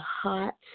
hot